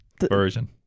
version